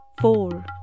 four